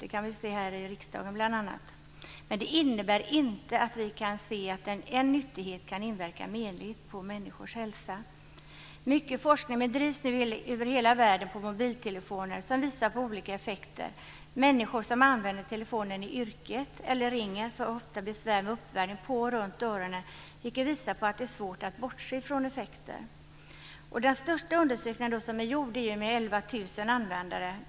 Det kan vi se bl.a. här i riksdagen. Men vi kan ändå se att en nyttighet kan inverka menligt på människors hälsa. Mycket forskning om mobiltelefoner bedrivs nu över hela världen och visar på olika effekter. Människor som använder telefonen i yrket eller ringer ofta får ofta besvär med uppvärmning på och runt öronen, vilket visar på att det är svårt att bortse från effekter. Den största undersökningen som har gjorts är baserad på 11 000 användare.